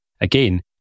Again